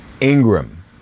Ingram